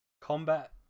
combat